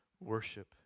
worship